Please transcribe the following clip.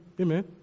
Amen